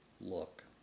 look